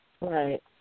Right